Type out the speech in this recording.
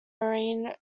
marine